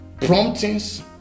promptings